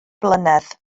blynedd